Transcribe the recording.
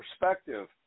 perspective